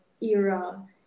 era